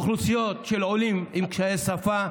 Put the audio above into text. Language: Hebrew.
אוכלוסיות של עולים עם קשיי שפה,